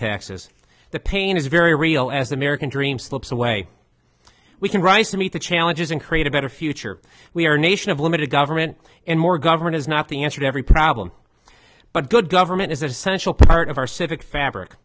taxes the pain is very real as the american dream slips away we can rise to meet the challenges and create a better future we are nation of limited government and more government is not the answer to every problem but good government is essential part of our civic fabric